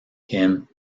him